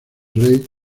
rey